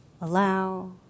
allow